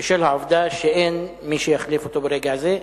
בשל העובדה שאין מי שיחליף אותו ברגע זה,